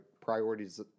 Priorities